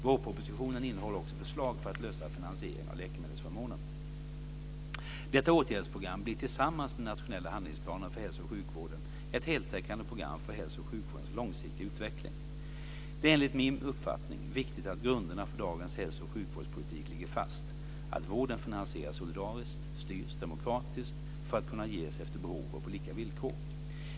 Vårpropositionen innehåller också förslag för att lösa finansieringen av läkemedelsförmånen. Detta åtgärdsprogram blir tillsammans med den nationella handlingsplanen för hälso och sjukvården ett heltäckande program för hälso och sjukvårdens långsiktiga utveckling. Det är enligt min uppfattning viktigt att grunderna för dagens hälso och sjukvårdspolitik ligger fast: att vården finansieras solidariskt och styrs demokratiskt för att kunna ges efter behov och på lika villkor.